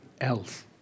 else